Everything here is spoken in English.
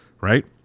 right